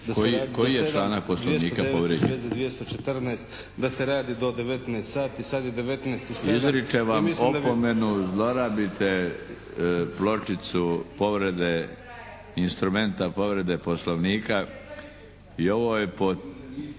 **Milinović, Darko (HDZ)** Izričem vam opomenu, zlorabite pločicu povrede instrumenta povrede poslovnika i ovo je po